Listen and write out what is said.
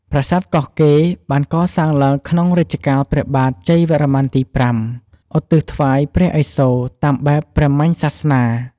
ប្រាសាទកោះកេរ បានកសាងឡើងក្នុងរជ្ជកាលព្រះបាទជ័យវរ្ម័នទី៥ ឧទ្ទិសថ្វាយព្រះឥសូរតាមបែបព្រាហ្មញ្ញសាសនា។